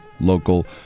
Local